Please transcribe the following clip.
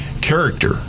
character